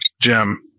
Jim